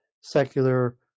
secular